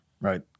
right